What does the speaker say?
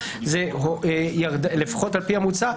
הוא שלפחות על פי המוצע,